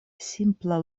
simpla